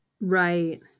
Right